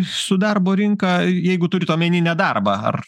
su darbo rinka jeigu turit omeny ne darbą ar